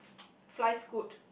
fly Scoot